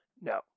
No